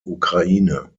ukraine